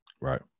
Right